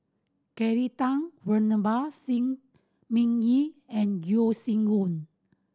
Kelly Tang Venerable Shi Ming Yi and Yeo Shih Yun